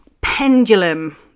pendulum